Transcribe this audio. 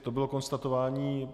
To bylo konstatování.